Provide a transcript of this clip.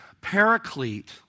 Paraclete